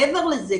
מעבר לזה,